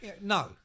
no